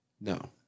No